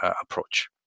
approach